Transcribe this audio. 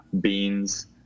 beans